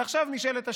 עכשיו נשאלת השאלה: